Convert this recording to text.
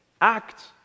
act